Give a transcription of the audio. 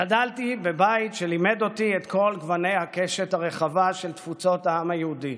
גדלתי בבית שלימד אותי את כל גוני הקשת הרחבה של תפוצות העם היהודי: